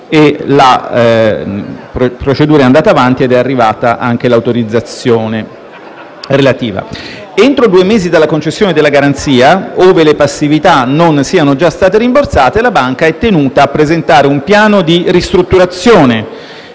La procedura è andata avanti ed è arrivata anche la relativa autorizzazione. Entro due mesi dalla concessione della garanzia, ove le passività non siano già state rimborsate, la banca è tenuta a presentare un piano di ristrutturazione